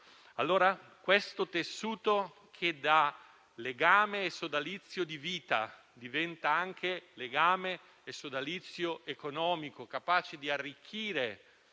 marito. Questo tessuto, che da legame e sodalizio di vita diventa anche legame e sodalizio economico, capace di arricchire